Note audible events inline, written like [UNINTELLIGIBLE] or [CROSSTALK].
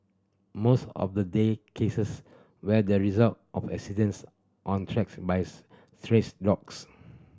most of the day cases where the result of accidents on attacks by [UNINTELLIGIBLE] dogs